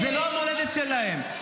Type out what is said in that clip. זאת לא המולדת שלהם.